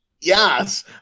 Yes